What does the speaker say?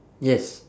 yes